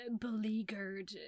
beleaguered